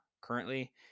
currently